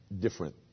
different